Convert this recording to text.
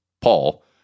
Paul